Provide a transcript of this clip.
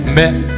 met